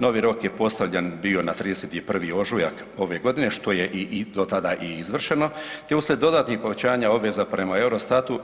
Novi rok je postavljen bio na 31. ožujak ove godine, što je i, i do tada i izvršeno, te uslijed dodatnih povećanja obveza prema Eurostatu